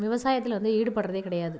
விவசாயத்தில் வந்து ஈடுபடுறது கிடையாது